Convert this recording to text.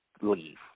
leave